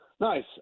nice